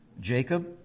Jacob